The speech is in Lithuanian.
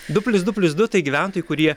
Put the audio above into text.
du plius du plius du tai gyventojai kurie